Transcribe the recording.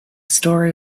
story